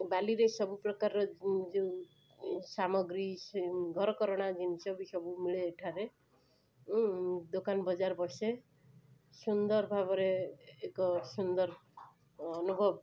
ବାଲିରେ ସବୁପ୍ରକାରର ଯୋଉ ସାମଗ୍ରୀ ସେ ଘରକରଣା ଜିନିଷ ବି ସବୁ ମିଳେ ଏଠାରେ ଓ ଦୋକାନ ବଜାର ବସେ ସୁନ୍ଦର ଭାବରେ ଏକ ସୁନ୍ଦର ଅନୁଭବ